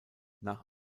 nach